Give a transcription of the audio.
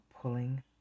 pulling